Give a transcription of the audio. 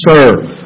Serve